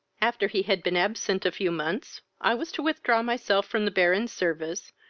after he had been absent a few months, i was to withdraw myself from the baron's service,